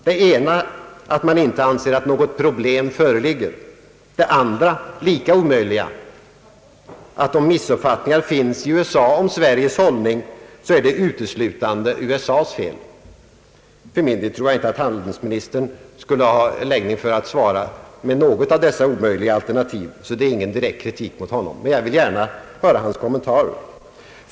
Det ena är att man inte anser att något problem föreligger. Det andra, lika omöjliga, är att om missuppfattningar finns i USA om Sveriges hållning så är det uteslutande USA:s fel. För min del tror jag inte att handelsministern skulle kunna svara med något av dessa omöjliga alternativ, så det är ingen kritik mot honom, men jag vill gärna höra hans kommentarer.